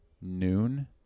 noon